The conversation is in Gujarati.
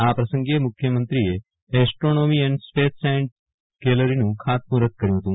આ પ્રસંગે મુખ્યમંત્રીએ એસ્ટ્રોનોમી એન્ડ સ્પેસ સાયન્સ ગેલેરીનું ખાતામુહુર્ત કર્યું હતું